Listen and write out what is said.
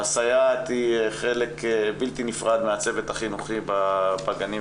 הסייעת היא חלק בלתי נפרד מהצוות החינוכי בגנים,